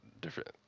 different